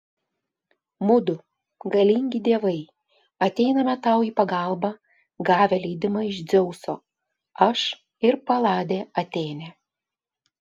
mudu galingi dievai ateiname tau į pagalbą gavę leidimą iš dzeuso aš ir paladė atėnė